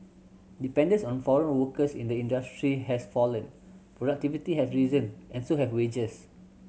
dependence on foreign workers in the industry has fallen productivity has risen and so have wages